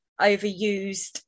overused